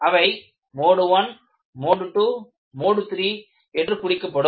அவை mode I mode II மற்றும் mode III என்று குறிக்கப்படும்